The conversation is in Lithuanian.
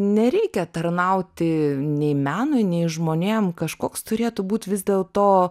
nereikia tarnauti nei menui nei žmonėm kažkoks turėtų būt vis dėlto